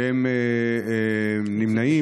שנמנעים,